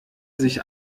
sich